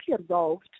involved